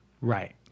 right